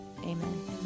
Amen